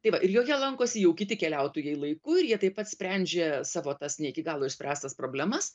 tai va ir joje lankosi jau kiti keliautojai laiku ir jie taip pat sprendžia savo tas ne iki galo išspręstas problemas